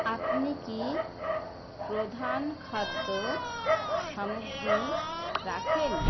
আপনি কি প্রধান খাদ্য সামগ্রী রাখেন